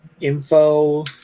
Info